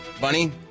Bunny